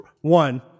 One